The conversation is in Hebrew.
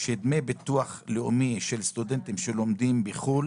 שדמי ביטוח לאומי של סטודנטים שלומדים בחו"ל